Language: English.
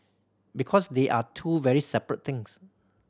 because they are two very separate things